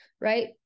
right